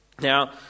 Now